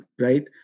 right